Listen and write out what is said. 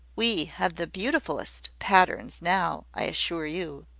we have the beautifulest patterns now, i assure you.